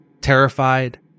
Terrified